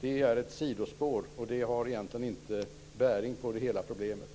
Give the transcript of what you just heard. Det är ett sidospår och har inte bäring på problemet.